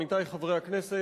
עמיתי חברי הכנסת,